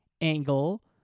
angle